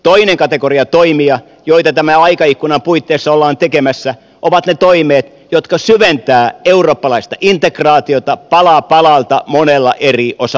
toiseksi kategoriatoimia joita tämän aikaikkunan puitteissa ollaan tekemässä ovat ne toimet jotka syventävät eurooppalaista integraatiota pala palalta monella eri osa alueella